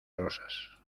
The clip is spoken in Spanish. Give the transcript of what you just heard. rosas